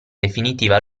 definitiva